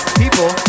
people